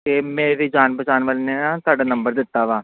ਅਤੇ ਮੇਰੀ ਜਾਣ ਪਹਿਚਾਣ ਵਾਲੇ ਨੇ ਨਾ ਤੁਹਾਡਾ ਨੰਬਰ ਦਿੱਤਾ ਵਾ